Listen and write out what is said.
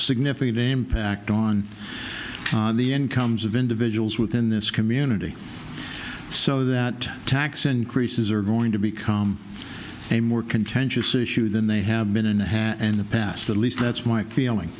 significant impact on the incomes of individuals within this community so that tax increases are going to become a more contentious issue than they have and had and the past at least that's my feeling